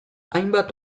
hainbat